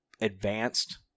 advanced